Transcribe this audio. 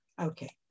Okay